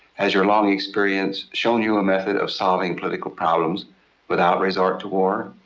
has your long experience shown you a method of solving political problems without resort to war?